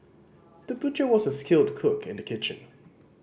the butcher was a skilled cook in the kitchen